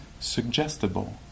suggestible